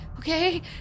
Okay